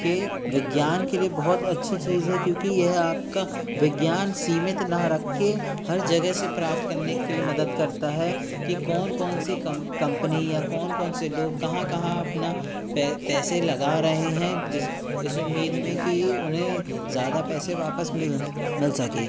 के विज्ञान के लिए बहुत अच्छी चीज़ है क्योंकि यह आपका विज्ञान सीमित ना रख के हर जगह से प्राप्त करने के लिए मदद करता है कि कौन कौन सी कंपनी या कौन कौन से लोग कहाँ कहाँ अपना पैसे लगा रहे हैं जिस इस उम्मीद में कि उन्हें ज़्यादा पैसे वापस मिल मिल सके